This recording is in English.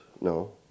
No